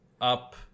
up